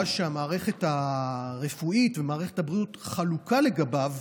שהמערכת הרפואית ומערכת הבריאות חלוקות לגביו,